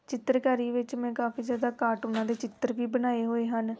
ਚਿੱਤਰਕਾਰੀ ਵਿੱਚ ਮੈਂ ਕਾਫੀ ਜ਼ਿਆਦਾ ਕਾਰਟੂਨਾਂ ਦੇ ਚਿੱਤਰ ਵੀ ਬਣਾਏ ਹੋਏ ਹਨ